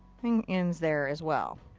and ends there as well.